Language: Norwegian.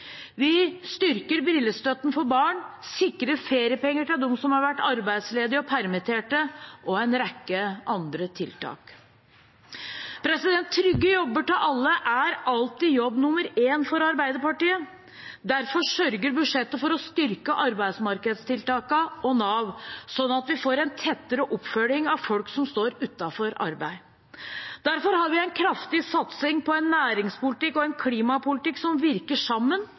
Vi styrker brillestøtten til barn, sikrer feriepenger til dem som har vært arbeidsledige og permitterte, og en rekke andre tiltak. Trygge jobber til alle er alltid jobb nummer én for Arbeiderpartiet. Derfor sørger budsjettet for å styrke arbeidsmarkedstiltakene og Nav, sånn at vi får en tettere oppfølging av folk som står utenfor arbeid. Derfor har vi en kraftig satsing på en næringspolitikk og en klimapolitikk som virker sammen